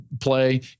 play